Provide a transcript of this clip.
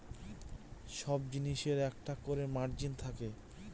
সব জিনিসের একটা করে মার্জিন থাকে